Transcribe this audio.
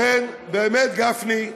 לכן, באמת, גפני,